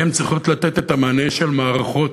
צריכות לתת את המענה של מערכות,